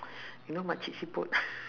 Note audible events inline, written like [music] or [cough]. you know makcik siput [laughs]